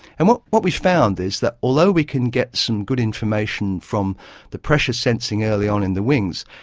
and what what we found is that although we can get some good information from the pressure sensing early on in the wings,